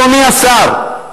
אדוני השר,